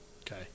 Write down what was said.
Okay